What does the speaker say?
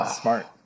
Smart